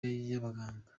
y’abaganga